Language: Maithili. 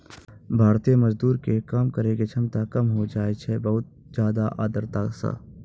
भारतीय मजदूर के काम करै के क्षमता कम होय जाय छै बहुत ज्यादा आर्द्रता सॅ